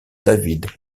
david